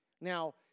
Now